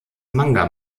manga